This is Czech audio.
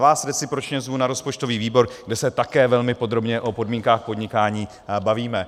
Vás recipročně zvu na rozpočtový výbor, kde se také velmi podrobně o podmínkách podnikání bavíme.